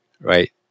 right